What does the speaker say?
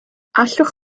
allwch